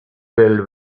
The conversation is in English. filled